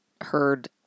heard